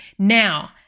Now